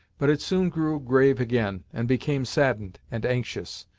but it soon grew grave again, and became saddened and anxious.